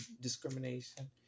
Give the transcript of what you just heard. discrimination